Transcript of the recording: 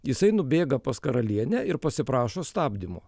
jisai nubėga pas karalienę ir pasiprašo stabdymo